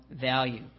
value